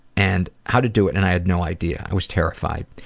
and how to do it and i had no idea, i was terrified.